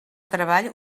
treball